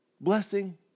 blessing